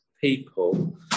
people